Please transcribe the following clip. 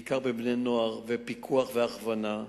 בעיקר בבני-נוער ובפיקוח והכוונה.